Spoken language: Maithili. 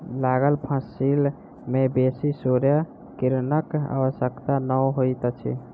लागल फसिल में बेसी सूर्य किरणक आवश्यकता नै होइत अछि